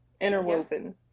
interwoven